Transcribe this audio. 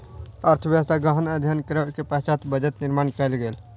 अर्थव्यवस्थाक गहन अध्ययन करै के पश्चात बजट निर्माण कयल गेल